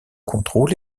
contrôle